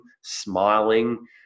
smiling